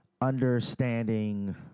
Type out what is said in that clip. understanding